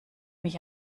mich